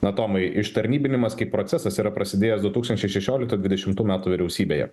na tomai ištarnybinimas kaip procesas yra prasidėjęs du tūkstančiai šešioliktų dvidešimtų metų vyriausybėje